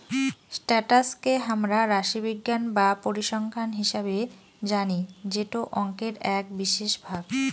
status কে হামরা রাশিবিজ্ঞান বা পরিসংখ্যান হিসেবে জানি যেটো অংকের এক বিশেষ ভাগ